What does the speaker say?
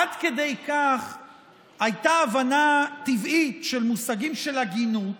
עד כדי כך הייתה הבנה טבעית של מושגים של הגינות.